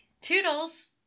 toodles